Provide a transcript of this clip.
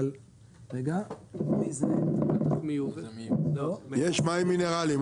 אבל -- יש מים מינרלים,